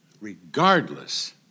regardless